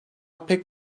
pek